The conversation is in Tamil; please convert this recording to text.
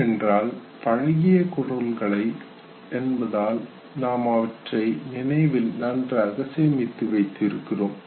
ஏனென்றால் பழகிய குரல்கள் என்பதால் நாம் அவற்றை நினைவில் நன்றாக சேமித்து வைத்திருக்கிறோம்